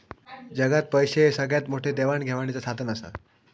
जगात पैशे हे सगळ्यात मोठे देवाण घेवाणीचा साधन आसत